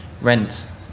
rents